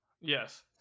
Yes